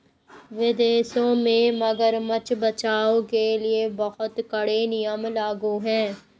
विदेशों में मगरमच्छ बचाओ के लिए बहुत कड़े नियम लागू हैं